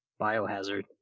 Biohazard